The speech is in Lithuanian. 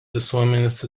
visuomenės